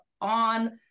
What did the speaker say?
on